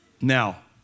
Now